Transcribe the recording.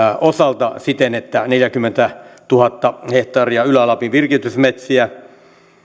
osalta siten että neljäkymmentätuhatta hehtaaria ylä lapin virkistysmetsiä